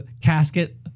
casket